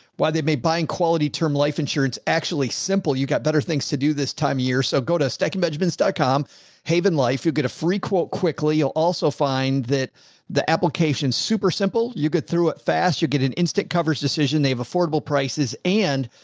while they may buying quality term life insurance, actually simple. you've got better things to do this time of year. so go to stacking benjamins dot com haven life you'll get a free quote quickly. you'll also find that the application super simple, you get through it fast, you get an instant coverage decision. they have affordable prices and.